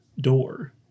door